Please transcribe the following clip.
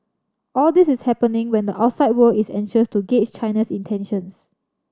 all this is happening when the outside world is anxious to gauge China's intentions